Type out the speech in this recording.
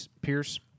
Pierce